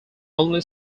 only